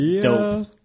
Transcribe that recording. dope